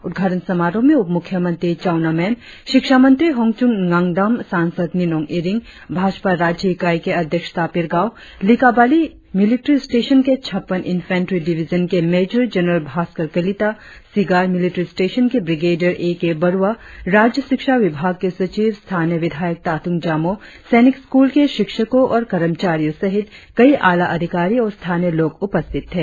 उद्घाटन समारोह में उप मुख्यमंत्री चाउना मेन शिक्षामंत्री होचुंग ङादम सांसद निनोंग ईरिंग भाजपा राज्य इकाई के अध्यक्ष तापिर गाव लिकाबाली मिलिट्री स्टेशन के छप्पन इंफेन्ट्री डिविजन के major general Bhaskar Kalita Sigar military station के ब्रिगेडियर ए के बरुआ राज्य शिक्षा विभाग के सचिव स्थानीय विधायक तातुम जामोह सैनिक स्कूल के शिक्षको और कर्मचारियों सहित कई आला अधिकारी और स्थानीय लोग उपस्थित थे